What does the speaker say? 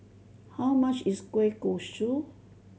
how much is kueh kosui